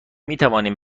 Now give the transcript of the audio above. میتوانیم